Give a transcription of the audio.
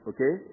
Okay